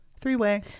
Three-way